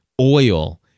oil